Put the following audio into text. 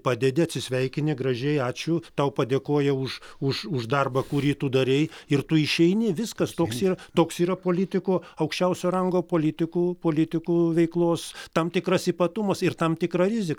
padedi atsisveikini gražiai ačiū tau padėkoja už už už darbą kurį tu darei ir tu išeini viskas toks yra toks yra politikų aukščiausio rango politikų politikų veiklos tam tikras ypatumas ir tam tikra rizika